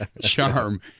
Charm